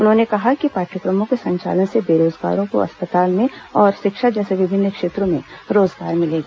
उन्होंने कहा कि पाठ्यक्रमों के संचालन से बेरोजगारों को अस्पताल और शिक्षा जैसे विभिन्न क्षेत्रों में रोजगार मिलेगा